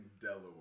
Delaware